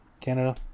Canada